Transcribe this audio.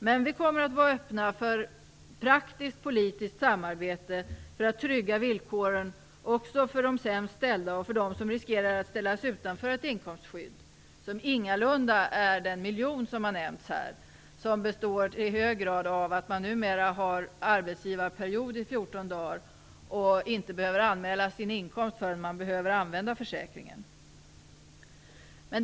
Men vi kommer att vara öppna för praktiskt politiskt samarbete för att trygga villkoren också för de sämst ställda och för dem som riskerar att ställas utanför ett inkomstskydd som ingalunda är den miljon, som nämnts här. Det består i hög grad av att man numera har en arbetsgivarperiod på 14 dagar och inte behöver anmäla sin inkomst förrän man behöver använda försäkringen.